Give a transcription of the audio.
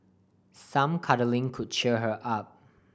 some cuddling could cheer her up